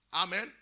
Amen